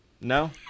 No